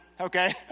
okay